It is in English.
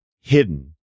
hidden